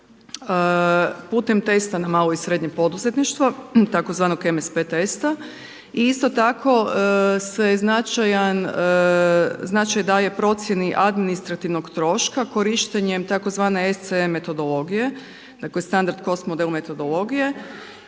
putem testa na malo i srednje poduzetništvo putem tzv. …/Govornica se ne razumije./… testa i isto tako se značaj daje procjeni administrativnog troška korištenjem tzv. SCM metodologije, dakle standard cost model metodologije